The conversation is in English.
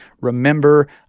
Remember